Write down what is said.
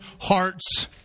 hearts